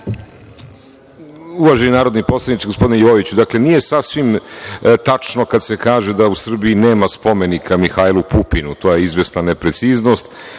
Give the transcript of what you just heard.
narodni poslaniče, gospodine Jojiću, nije sasvim tačno kad se kaže da u Srbiji nema spomenika Mihajlu Pupinu, to je izvesna nepreciznost,